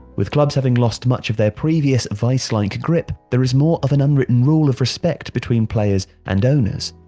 with clubs having lost much of their previous vice-like grip, there is more of an unwritten rule of respect between players and owners.